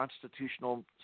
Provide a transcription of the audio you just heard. constitutional